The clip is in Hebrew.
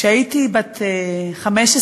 כשהייתי בת 15,